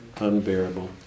unbearable